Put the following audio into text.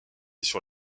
sur